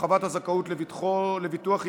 הרחבת הזכאות לביטוח אימהות),